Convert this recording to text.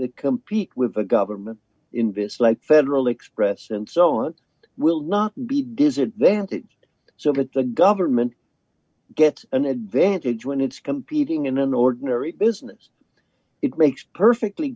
companies compete with the government in this like federal express and so on will not be disadvantaged so that the government gets an advantage when it's competing in an ordinary business it makes perfectly